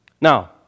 Now